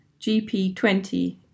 GP20